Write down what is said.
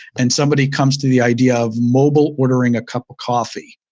and somebody comes to the idea of mobile ordering a cup of coffee.